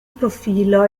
profilo